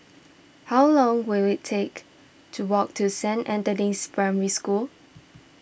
how long will it take to walk to Saint Anthony's Primary School